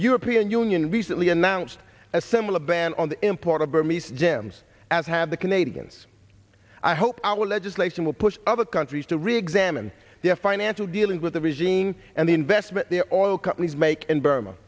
european union recently announced a similar ban on the import of burmese gems as have the canadians i hope our legislation will push other countries to reexamine their financial dealings with the regime and the investment their own oil companies make in burma